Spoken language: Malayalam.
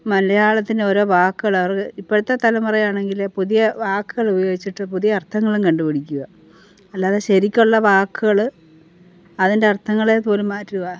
മലയാളത്തിൻ്റെ ഓരോ വാക്കുകൾ അവർക്ക് ഇപ്പോഴത്തെ തലമുറയാണെങ്കിൽ പുതിയ വാക്കുകൾ ഉപയോഗിച്ചിട്ട് പുതിയ അർത്ഥങ്ങളും കണ്ടുപിടിക്കുക അല്ലാതെ ശരിക്കുള്ള വാക്കുകൾ അതിൻ്റെ അർത്ഥങ്ങളെ പോലും മാറ്റുക